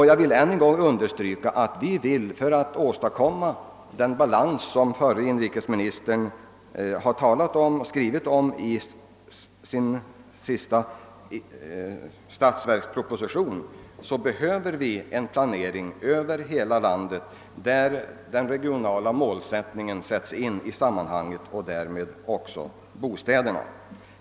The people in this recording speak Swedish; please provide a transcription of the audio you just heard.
Jag vill ännu en gång understryka att vi för att åstadkomma den balans som förre inrikesministern har skrivit om i sin sista statsverksproposition behöver en planering över hela landet, där den regionala målsättningen sätts in i sammanhanget och därmed också bostäderna.